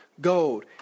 gold